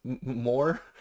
more